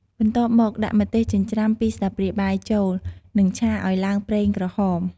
បន្ទាប់មកដាក់ម្ទេសចិញ្ច្រាំ ២ស្លាបព្រាបាយចូល និងឆាឱ្យឡើងប្រេងក្រហម។